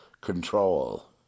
control